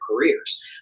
careers